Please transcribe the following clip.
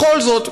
בכל זאת,